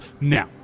now